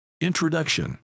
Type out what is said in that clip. Introduction